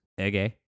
okay